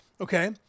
Okay